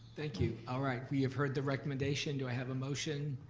thank you. all right, we have heard the recommendation. do i have a motion?